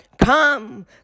Come